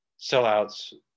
sellouts